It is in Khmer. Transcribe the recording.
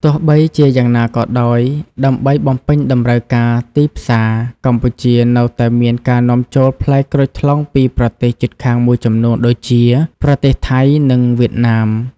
ទោះបីជាយ៉ាងណាក៏ដោយ ដើម្បីបំពេញតម្រូវការទីផ្សារ កម្ពុជានៅតែមានការនាំចូលផ្លែក្រូចថ្លុងពីប្រទេសជិតខាងមួយចំនួនដូចជា ប្រទេសថៃ និងវៀតណាម។